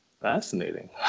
fascinating